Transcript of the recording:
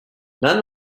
none